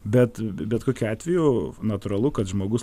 bet bet kokiu atveju natūralu kad žmogus